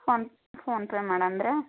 phone PhonePe ಮಾಡಂದಿರಾ